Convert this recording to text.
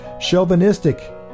chauvinistic